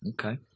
Okay